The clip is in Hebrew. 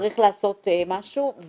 צריך לעשות משהו.